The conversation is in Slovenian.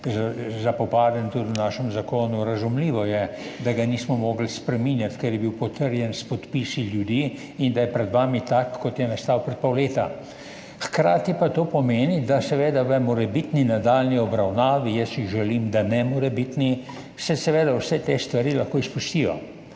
zapopaden tudi v našem zakonu. Razumljivo je, da ga nismo mogli spreminjati, ker je bil potrjen s podpisi ljudi, in da je pred vami tak, kot je nastal pred pol leta. Hkrati pa to pomeni, da seveda v morebitni nadaljnji obravnavi, jaz si želim, da ne morebitni, se seveda vse te stvari lahko izpustijo,